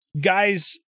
guys